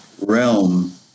realm